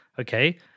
okay